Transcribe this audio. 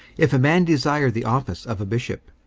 if a man desire the office of a bishop,